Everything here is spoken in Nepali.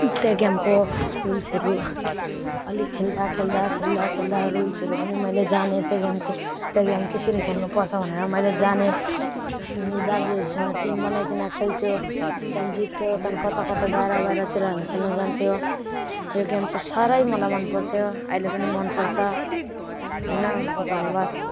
त्यो गेमको रुल्सहरू अलिक खेल्दा खेल्दा खेल्दा खेल्दा रुल्सहरू पनि मैले जाने त्यो गेमको त्यो गेम त्यसरी खेल्नु पर्छ भनेर मैले जाने अनि दाजुहरूसँग टिम बनाईकन खेल्थ्यो त्यहाँ जित्थ्यो त्यहाँ कता कता बाहिर बाहिरतिर हामी खेल्नु जान्थ्यो यो गेम चाहिँ साह्रै मलाई मन पर्थ्यो अहिले पनि मन पर्छ होइन धन्यवाद